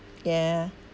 yeah